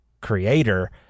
creator